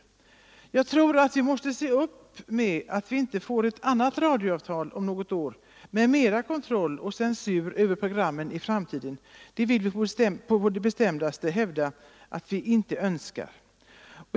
Jag tror att vi måste se upp med att vi inte får ett annat radioavtal om något år, med mera kontroll och censur över programmen i framtiden än nu. Det vill vi på det bestämdaste hävda att vi inte önskar!